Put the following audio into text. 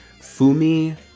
Fumi